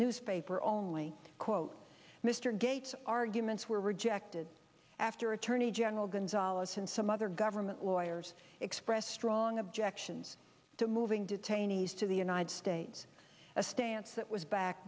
newspaper only mr gates arguments were rejected after attorney general gonzales and some other government lawyers expressed strong objections to moving detainees to the united states a stance that was back